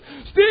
Steve